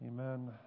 Amen